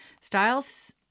styles